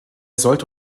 sollte